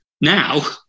Now